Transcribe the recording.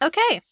Okay